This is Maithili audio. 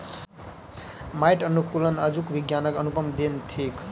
माइट अनुकूलक आजुक विज्ञानक अनुपम देन थिक